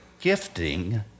gifting